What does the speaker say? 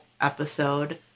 episode